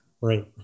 Right